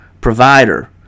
provider